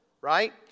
right